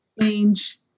Change